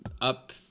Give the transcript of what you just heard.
up